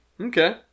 okay